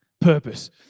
purpose